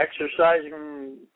exercising